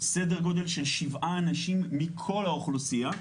סדר גודל של שבעה אנשים מכל האוכלוסייה.